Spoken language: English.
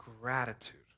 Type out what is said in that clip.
gratitude